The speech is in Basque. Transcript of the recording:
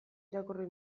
irakurri